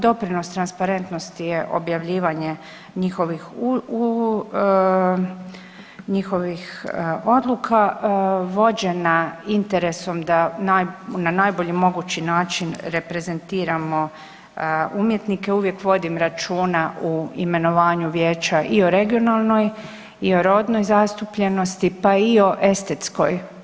Doprinos transparentnosti je objavljivanje njihovih odluka, vođena interesom da na najbolji mogući način reprezentiramo umjetnike, uvijek vodim računa u imenovanju vijeća i o regionalnoj i o rodnoj zastupljenosti pa i o estetskoj.